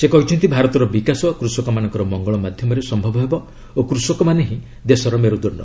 ସେ କହିଛନ୍ତି ଭାରତର ବିକାଶ କୁଷକମାନଙ୍କ ମଙ୍ଗଳ ମାଧ୍ୟମରେ ସମ୍ଭବ ହେବ ଓ କୃଷକମାନେ ହିଁ ଦେଶର ମେରୁଦଣ୍ଡ